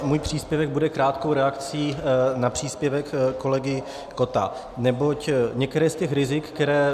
Můj příspěvek bude krátkou reakcí na příspěvek kolegy Kotta, neboť některá z těch rizik, která...